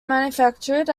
manufactured